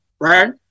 right